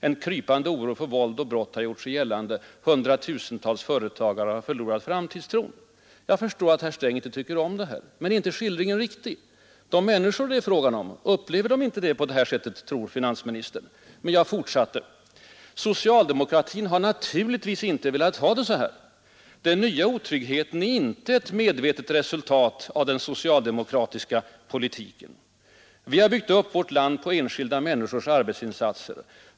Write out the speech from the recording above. En krypande oro våld och brott har gjort sig gällande. Hundratusentals företagare har förlorat framtidstron.” Jag förstår att herr Sträng inte tycker om det här. Men är inte skildringen riktig? Tror finansministern inte att de människor det är fråga om upplever situationen på detta sätt? Jag fortsatte: ”Socialdemokratin har naturligtvis inte velat ha det så här. Den nya otryggheten är inte ett medvetet resultat av den socialdemokratiska politiken. Vi har byggt upp vårt land på enskilda människors arbetsinsatser.